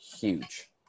Huge